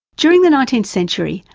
during the nineteenth century,